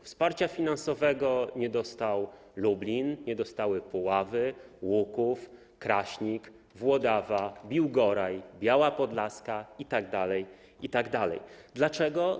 Wsparcia finansowego nie dostał Lublin, nie dostały Puławy, Łuków, Kraśnik, Włodawa, Biłgoraj, Biała Podlaska itd., itd. Dlaczego?